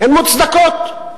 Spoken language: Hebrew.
הן מוצדקות.